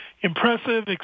impressive